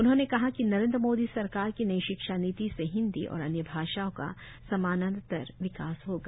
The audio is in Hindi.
उन्होंने कहा कि नरेनद्व मोदी सरकार की नई शिक्षा नीति से हिनदी और अन्य भाषाओं का समानानतर विकास होगा